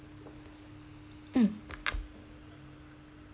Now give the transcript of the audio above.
mm